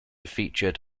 featured